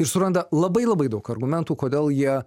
ir suranda labai labai daug argumentų kodėl jie